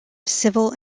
civil